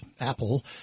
Apple